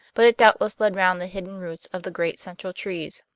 but it doubtless led round the hidden roots of the great central trees.